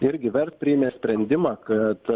irgi vert priėmė sprendimą kad